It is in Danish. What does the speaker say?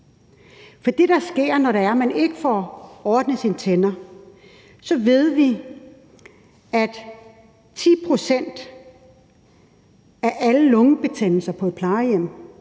For der sker noget, når man ikke får ordnet sine tænder. Vi ved, at 10 pct. af alle lungebetændelser på et plejehjem